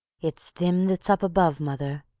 it's thim that's up above, mother,